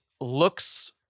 looks